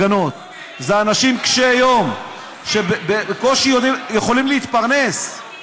אלה אנשים קשי יום שבקושי יכולים להתפרנס.